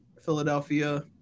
Philadelphia